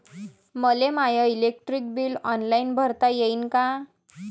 मले my electric bill online भरता येईन का?